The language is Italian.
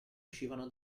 uscivano